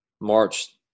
March